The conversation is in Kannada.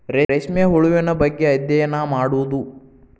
ರೇಶ್ಮೆ ಹುಳುವಿನ ಬಗ್ಗೆ ಅದ್ಯಯನಾ ಮಾಡುದು